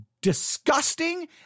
disgusting